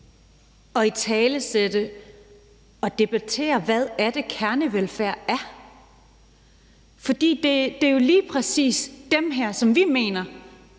at italesætte og debattere, hvad det er, kernevelfærd er. For det er jo lige præcis dem her, som vi mener